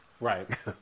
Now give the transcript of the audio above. Right